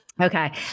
Okay